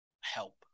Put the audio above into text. help